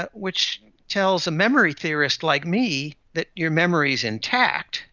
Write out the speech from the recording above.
ah which tells a memory theorist like me that your memory is intact,